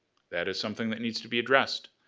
that is something that needs to be addressed.